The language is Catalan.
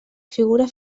figura